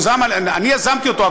אני יזמתי אותו,